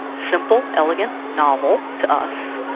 simple, elegant, novel to us,